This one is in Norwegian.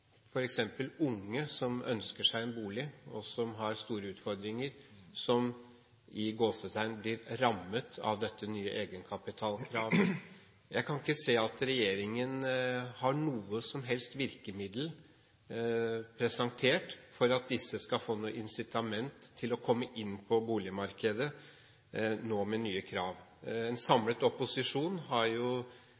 unge som ønsker seg en bolig, som har store utfordringer, og som blir «rammet» av dette nye egenkapitalkravet. Jeg kan ikke se at regjeringen har presentert noe som helst slags virkemiddel for at disse skal få noe incitament til å komme inn på boligmarkedet nå med nye krav. En